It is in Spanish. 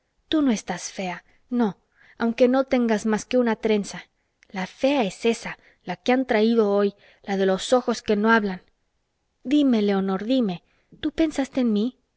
tú no estás fea no aunque no tengas más que una trenza la fea es ésa la que han traído hoy la de los ojos que no hablan dime leonor dime tú pensaste en mí